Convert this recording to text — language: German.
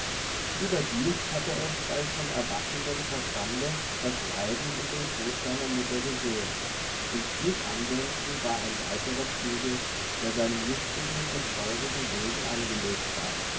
überdies hatte es bei schon erwachendem verstande das leiden und den tod seiner mutter gesehen und dies andenken war ein weiterer zügel der seinem lustigen und feurigen wesen angelegt war